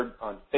on